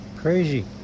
Crazy